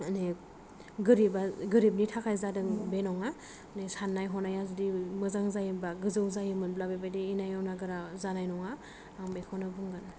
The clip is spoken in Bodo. मानि गोरिबा गोरिबनि थाखाय जादों बे नङा माने साननाय हनाया जुदि मोजां जायोबा गोजौ जायोमोनब्ला बेबायदि इनाय अनागारा जानाय नङा आं बेखौनो बुंगोन